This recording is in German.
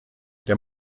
der